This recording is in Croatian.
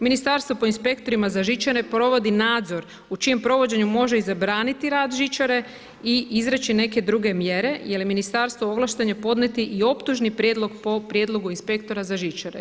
Ministarstvo po inspektorima za žičare provodi nadzor u čijem provođenju može i zabraniti rad žičare i izreći neke druge mjere jer je Ministarstvo ovlašteno podnijeti i optužni prijedlog po prijedlogu inspektora za žičare.